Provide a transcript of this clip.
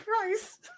Christ